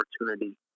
opportunity